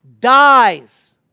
dies